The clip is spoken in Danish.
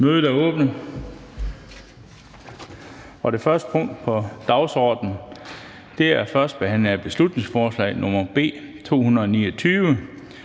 Mødet er åbnet. --- Det første punkt på dagsordenen er: 1) 1. behandling af beslutningsforslag nr. B 229: